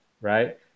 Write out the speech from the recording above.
right